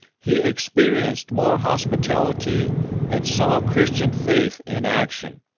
he experienced more hospitality and saw christian faith in action,